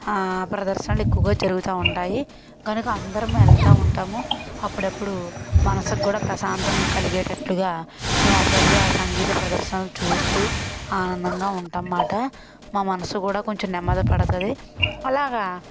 ప్రదర్శనలు ఎక్కువగా జరుగుతా ఉంటాయి కనుక అందరం వెళ్తా ఉంటాము అప్పుడప్పుడు మనసుకు కూడా ప్రశాంతంగా కలిగేటట్టుగా మేం అప్పుడప్పుడు ఆ సంగీత ప్రదర్శనలు చూస్తూ ఆనందంగా ఉంటామన్నమాట మా మనసు కూడా కొంచెం నెమ్మది పడతుంది అలాగ